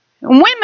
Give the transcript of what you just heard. Women